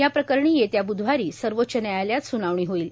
या प्रकरणी येत्या ब्धवारी सर्वोच्च न्यायालयात स्नावणी होईल